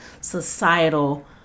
societal